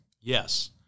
Yes